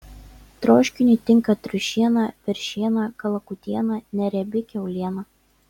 troškiniui tinka triušiena veršiena kalakutiena neriebi kiauliena